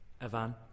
Evan